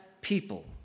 people